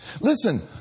Listen